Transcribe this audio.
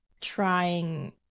trying